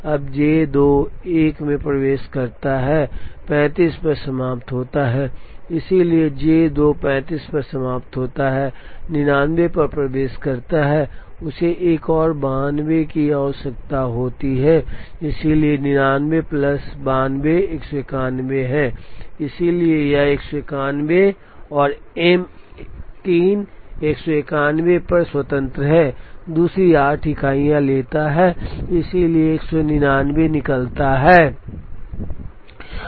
अब J 2 1 में प्रवेश करता है 35 पर समाप्त होता है इसलिए J 2 35 पर समाप्त होता है 99 पर प्रवेश करता है उसे एक और 92 की आवश्यकता होती है इसलिए 99 प्लस 92 191 है इसलिए यह 191 है और M 3 191 पर स्वतंत्र है दूसरी 8 इकाइयाँ लेता है इसलिए 199 निकलता है